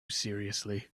seriously